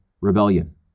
rebellion